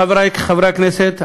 חברי חברי הכנסת,